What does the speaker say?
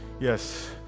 Yes